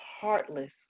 heartless